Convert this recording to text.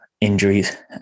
injuries